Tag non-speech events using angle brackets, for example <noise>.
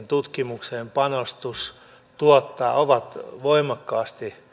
<unintelligible> tutkimukseen tuottaa ovat voimakkaasti